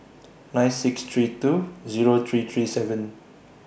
nine six three two Zero three three seven